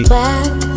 Black